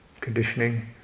conditioning